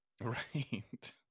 Right